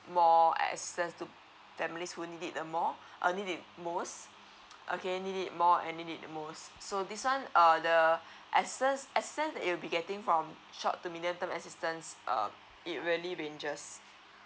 more assistance to families who need it more err need it most okay need it more and need it the most so this one err the assistance assistance that you'll be getting from short to medium term assistance err it really ranges